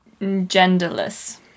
genderless